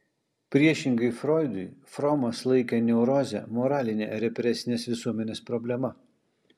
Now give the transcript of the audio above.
priešingai froidui fromas laikė neurozę moraline represinės visuomenės problema